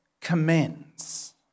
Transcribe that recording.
commends